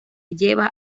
lleva